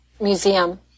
museum